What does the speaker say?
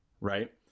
right